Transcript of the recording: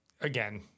again